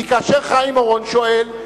כי כאשר חיים אורון שואל,